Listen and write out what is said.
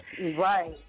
Right